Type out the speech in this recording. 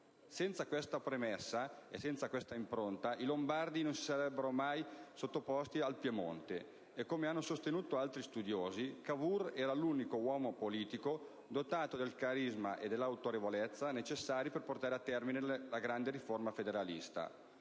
Senza questa premessa e senza questa impronta i Lombardi non ci sarebbero mai stati a finire sotto il Piemonte». Come hanno sostenuto altri studiosi: «Cavour era l'unico uomo politico dotato del carisma e dell'autorevolezza necessari per portare a termine la grande riforma federalista.